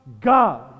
God